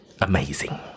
amazing